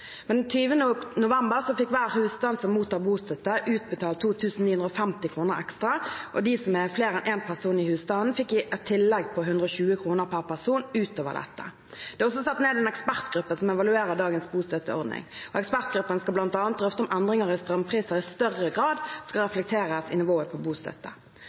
Den 20. november fikk hver husstand som mottar bostøtte, utbetalt 2 950 kr ekstra. De som er flere enn én person i husstanden, fikk et tillegg på 120 kr per person utover dette. Det er også satt ned en ekspertgruppe som evaluerer dagens bostøtteordning. Ekspertgruppen skal bl.a. drøfte om endringer i strømpriser i større grad skal reflekteres i nivået på bostøtte.